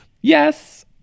Yes